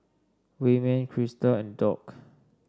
Wayman Crysta and Dock